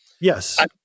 Yes